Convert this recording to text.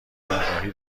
جراحی